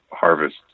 harvest